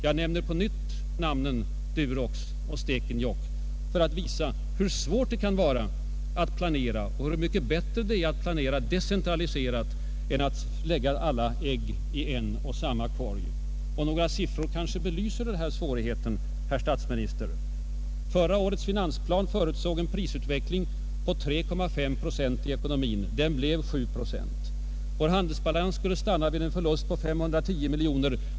Jag nämner på nytt namnen Durox och Stekenjokk för att visa hur svårt det kan vara att planera och hur mycket bättre det är att decentralisera än att lägga alla ägg i en och samma korg. Några siffror kanske belyser svårigheterna, herr statsminister. I förra årets finansplan förutsåg finansministern en prisutveckling på 3,5 procent. Det blev 7 procent. Vår handelsbalans skulle stanna vid en förlust på 510 miljoner.